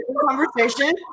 conversation